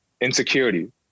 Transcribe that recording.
insecurity